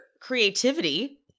creativity